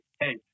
hey